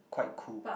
quite cool